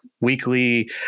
weekly